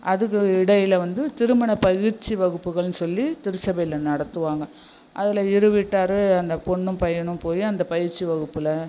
அதுக்கு இடையில் வந்து திருமண பயிற்சி வகுப்புகள்னு சொல்லி திருச்சபையில் நடத்துவாங்க அதில் இருவீட்டார் அந்த பொண்ணும் பையனும் போய் அந்த பயிற்சி வகுப்பில்